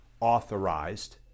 authorized